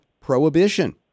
Prohibition